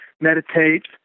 meditate